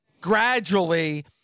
gradually